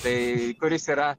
tai kuris yra